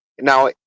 Now